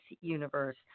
universe